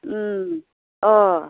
अ